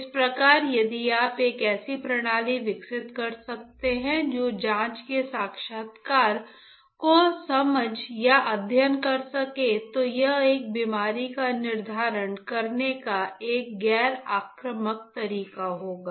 इस प्रकार यदि आप एक ऐसी प्रणाली विकसित कर सकते हैं जो सांस के हस्ताक्षर को समझ या अध्ययन कर सके तो यह एक बीमारी का निर्धारण करने का एक गैर आक्रामक तरीका होगा